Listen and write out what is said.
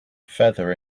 feather